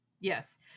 Yes